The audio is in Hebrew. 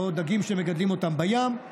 או דגים שמגדלים אותם בים,